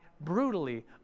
brutally